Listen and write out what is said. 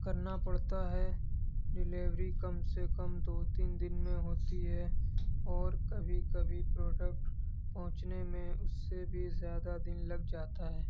کرنا پڑتا ہے ڈیلیوری کم سے کم دو تین دن میں ہوتی ہے اور کبھی کبھی پروڈکٹ پہنچنے میں اس سے بھی زیادہ دن لگ جاتا ہے